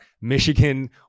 Michigan